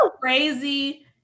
crazy